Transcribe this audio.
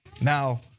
now